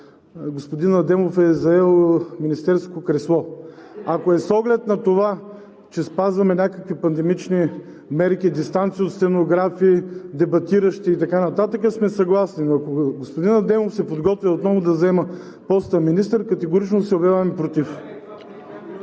господин Адемов е заел министерско кресло. Ако е с оглед на това, че спазваме някакви пандемични мерки – дистанция от стенографи, дебатиращи и така нататък, сме съгласни, но ако господин Адемов се подготвя отново да заема поста министър, категорично се обявяваме против.